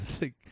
like-